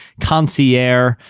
concierge